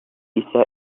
ise